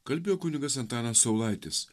kalbėjo kunigas antanas saulaitis